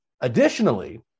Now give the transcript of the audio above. Additionally